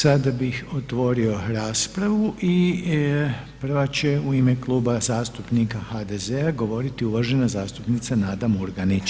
Sada bih otvorio raspravu i prva će u ime Kluba zastupnika HDZ-a govoriti uvažena zastupnica Nada Murganić.